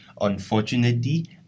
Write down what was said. Unfortunately